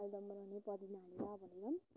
आलुदम बनाउने पदिना हालेर भनेर पनि